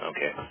Okay